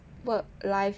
work life